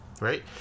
right